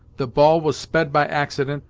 the ball was sped by accident,